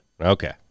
Okay